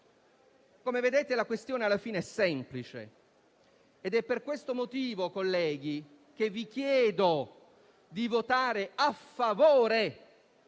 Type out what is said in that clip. Come vedete, la questione alla fine è semplice ed è per questo motivo, colleghi, che vi chiedo di votare a favore